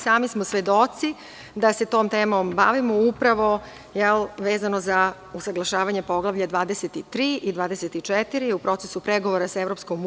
Sami smo svedoci da se tom temom bavimo upravo vezano za usaglašavanje poglavlja 23 i 24 u procesu pregovora sa EU.